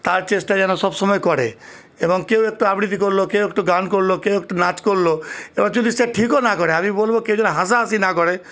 তার চেষ্টা যেন সবসময় করে এবং কেউ একটু আবৃতি করলো কেউ একটু গান করলো কেউ একটু নাচ করলো এবার যদি সে ঠিকও না করে আমি বলবো কেউ যেন হাসাহাসি না করে